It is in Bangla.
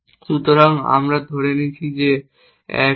সুতরাং আমরা ধরে নিচ্ছি যে 1 আছে